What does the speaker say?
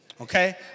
Okay